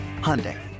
Hyundai